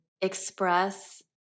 express